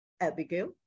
Abigail